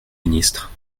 ministre